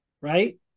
right